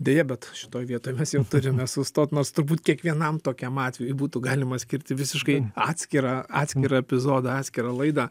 deja bet šitoj vietoj mes jau turime sustot nors turbūt kiekvienam tokiam atvejui būtų galima skirti visiškai atskirą atskirą epizodą atskirą laidą